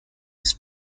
his